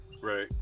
Right